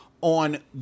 on